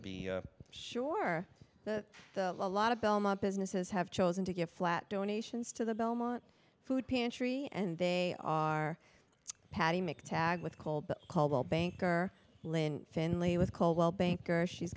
to be sure that a lot of belmont businesses have chosen to give flat donations to the belmont food pantry and they are patty make tag with called caldwell banker lynn finley with caldwell banker she's